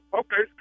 okay